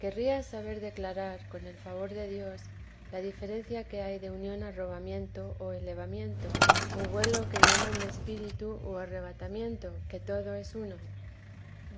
querría saber declarar con el favor de dios la diferencia que hay de unión a arrobamiento o elevamiento o vuelo que llaman de espíritu o arrobatamiento que todo es uno